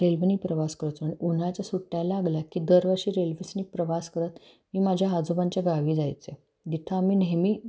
रेल्वेने प्रवास करायचो आणि उन्हाळ्याच्या सुट्ट्या लागल्या की दरवर्षी रेल्वेसनी प्रवास करत मी माझ्या आजोबांच्या गावी जायचे जिथं आम्ही नेहमी